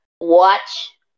watch